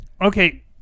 Okay